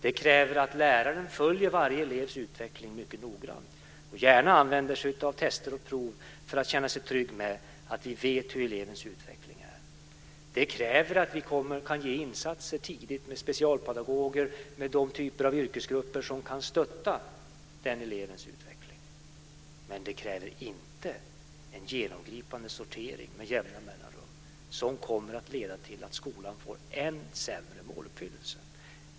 Det kräver att läraren följer varje elevs utveckling mycket noggrant, gärna använder sig av test och prov för att känna sig trygg med att veta hur elevens utveckling går. Det kräver att vi kan ge insatser tidigt med specialpedagoger, med de typer av yrkesgrupper som kan stötta den elevens utveckling. Men det kräver inte en genomgripande sortering med jämna mellanrum som kommer att leda till att skolan får än sämre måluppfyllelse.